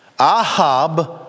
Ahab